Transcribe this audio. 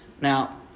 Now